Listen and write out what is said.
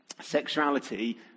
sexuality